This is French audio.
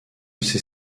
ses